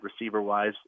receiver-wise